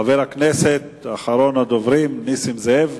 חבר הכנסת אחרון הדוברים, נסים זאב.